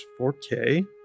4k